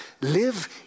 Live